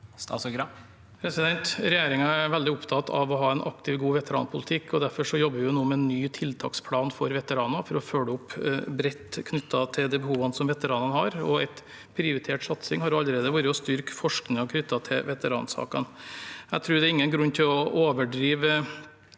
Arild Gram Regjeringen er veldig opptatt av å ha en aktiv, god veteranpolitikk. Derfor jobber vi nå med en ny tiltaksplan for veteraner for å følge opp bredt, knyttet til de behovene veteranene har. En prioritert satsing har allerede vært å styrke forskningen knyttet til veteransakene. Jeg tror ikke det er noen grunn til å overdrive